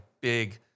big